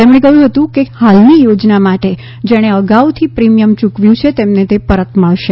તેમણે કહ્યું હતું કે હાલની યોજના માટે જેણે અગાઉથી પ્રીમીયમ યુકવ્યું છે તેમને તે પરત મળશે